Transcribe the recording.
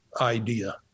idea